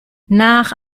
nach